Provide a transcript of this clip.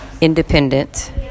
independent